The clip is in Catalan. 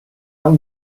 alt